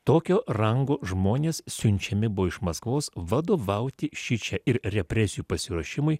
tokio rango žmonės siunčiami buvo iš maskvos vadovauti šičia ir represijų pasiruošimui